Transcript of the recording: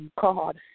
God